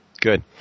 Good